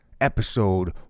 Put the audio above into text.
Episode